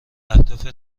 اهداف